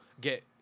get